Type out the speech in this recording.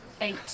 eight